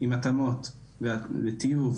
עם התאמות וטיוב.